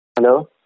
Hello